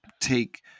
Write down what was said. take